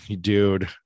dude